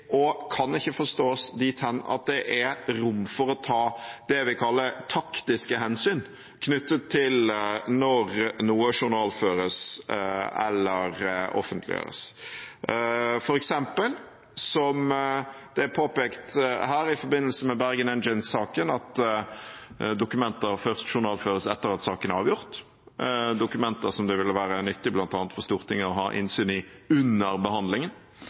og kan ikke forstås dit hen at det er rom for å ta det vi kaller «taktiske hensyn» knyttet til når noe journalføres eller offentliggjøres, f.eks. som det er påpekt her i forbindelse med Bergen Engines-saken, at dokumenter først journalføres etter at saken er avgjort, dokumenter som det ville være nyttig, bl.a. for Stortinget, å ha innsyn i under behandlingen